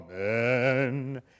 Amen